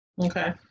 okay